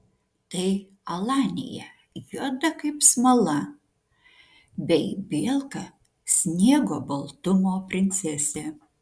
tai alanija juoda kaip smala bei bielka sniego baltumo princesė